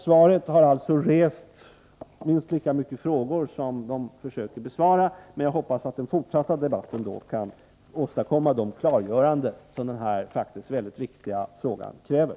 Svaret har alltså rest minst lika många frågor som det försöker besvara. Men jag hoppas att den fortsatta debatten kan åstadkomma de klargöranden som den här mycket viktiga frågan kräver.